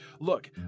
look